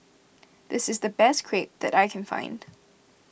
this is the best Crepe that I can find